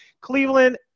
Cleveland